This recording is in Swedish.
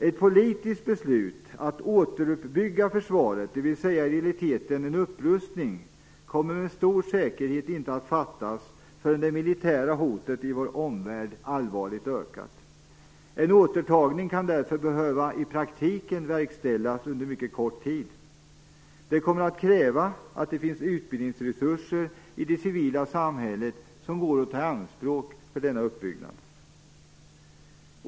Ett politiskt beslut att återuppbygga försvaret, dvs. i realiteten en upprustning, kommer med stor säkerhet inte att fattas förrän det militära hotet i vår omvärld allvarligt ökat. En återtagning kan därför behöva i praktiken verkställas inom en mycket kort tid. Det kommer att kräva att det finns bl.a. utbildningsresurser i det civila samhället som går att ta i anspråk för denna uppbyggnad.